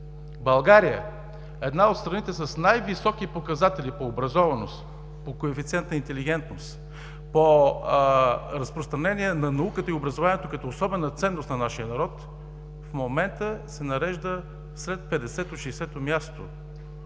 България – една от страните с най-високи показатели по образованост, по коефициент на интелигентност, по разпространение на науката и образованието като особена ценност на нашия народ, в момента се нарежда след 50-60-о място